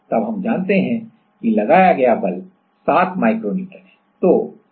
तब हम जानते हैं कि लगाया गया बल 7 माइक्रो न्यूटन है